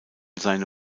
seine